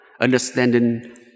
understanding